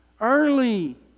early